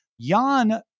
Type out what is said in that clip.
Jan